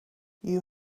you